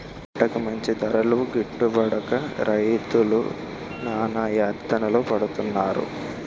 పంటకి మంచి ధరలు గిట్టుబడక రైతులు నానాయాతనలు పడుతున్నారు